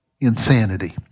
insanity